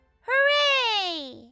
Hooray